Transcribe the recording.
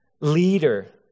leader